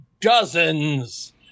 dozens